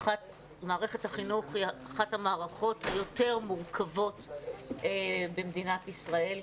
מערכת החינוך היא אחת המערכות היותר מורכבות במדינת ישראל.